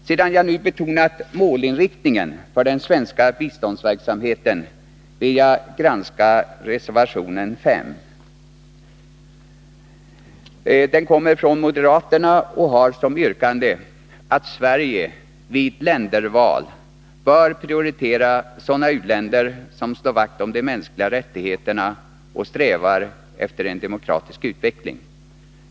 Sedan jag nu betonat målinriktningen för den svenska biståndsverksamheten vill jag granska reservation 5 från moderat håll. Den har som yrkande att Sverige vid länderval bör prioritera sådana u-länder som slår vakt om de mänskliga rättigheterna och strävar efter en demokratisk utveckling.